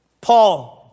Paul